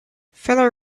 feller